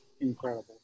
incredible